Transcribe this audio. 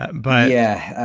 but yeah.